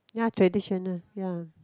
ya traditional ya